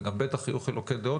ובטח יהיו חילוקי דעות,